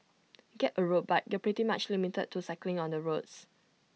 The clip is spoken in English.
get A road bike and you're pretty much limited to cycling on the roads